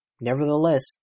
Nevertheless